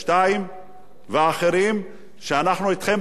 ולאחרים שאנחנו אתכם במאבק שלכם,